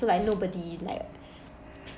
so like nobody like